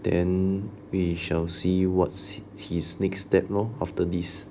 then we shall see what's his next step lor after this